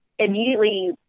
Immediately